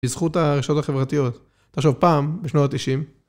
בזכות הרשתות החברתיות, תחשוב, פעם בשנות ה-90,